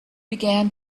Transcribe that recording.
began